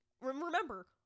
remember